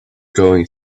going